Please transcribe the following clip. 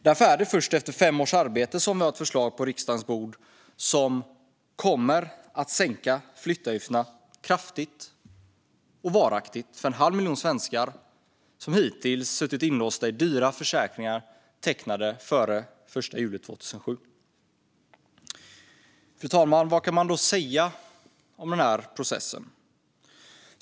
Därför är det först efter fem års arbete som vi har ett förslag på riksdagens bord som kommer att sänka flyttavgifterna kraftigt och varaktigt för en halv miljon svenskar som hittills suttit inlåsta i dyra försäkringar tecknade före den 1 juli 2007. Fru talman! Vad kan man då säga om denna process?